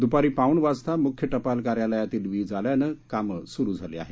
दुपारी पाऊण वाजता मुख्य टपाल कार्यालयातील वीज आल्याने काम सुरू झाली आहेत